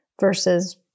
versus